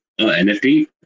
NFT